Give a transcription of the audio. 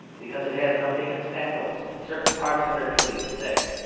because it has no dickens pathos, certain parts of it are truly pathetic.